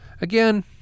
again